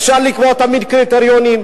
אפשר לקבוע תמיד קריטריונים,